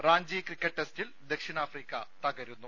Ranchi cricket ടെസ്റ്റിൽ ദക്ഷിണാഫ്രിക്ക തകരുന്നു